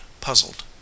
puzzled